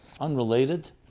Unrelated